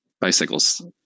bicycles